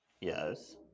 Yes